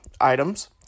items